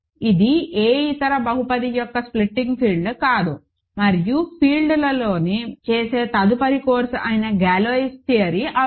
ఇది ఏ ఇతర బహుపది యొక్క స్ప్లిటింగ్ ఫీల్డ్ కాదు మరియు ఫీల్డ్లలో చేసే తదుపరి కోర్సు అయిన గాలోయిస్ థియరీ అవసరం